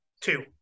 Two